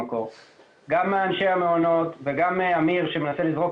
גם מאנשי המעונות וגם מאמיר שמנסה לזרוק